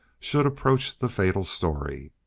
should approach the fatal story.